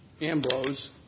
Ambrose